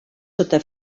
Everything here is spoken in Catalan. sota